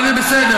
אבל זה בסדר.